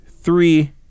three